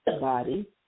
body